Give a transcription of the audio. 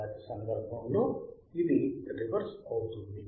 తరువాతి సందర్భంలో ఇది రివర్స్ అవుతుంది